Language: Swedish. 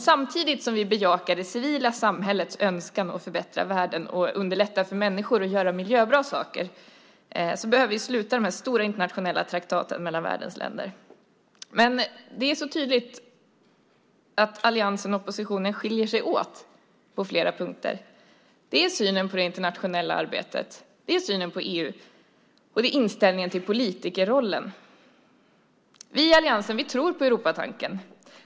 Samtidigt som vi bejakar det civila samhällets önskan att förbättra världen och underlätta för människor att göra miljöbra saker behöver vi sluta de här stora internationella traktaten mellan världens länder. Det är tydligt att alliansen och oppositionen skiljer sig åt på flera punkter. Det gäller synen på det internationella arbetet, synen på EU och inställningen till politikerrollen. Vi i alliansen tror på Europatanken.